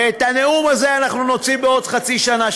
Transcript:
ואת הנאום הזה אנחנו נוציא בעוד חצי שנה,